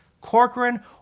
Corcoran